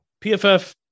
PFF